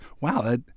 Wow